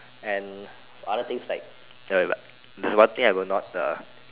and other things like there there's one thing I will not uh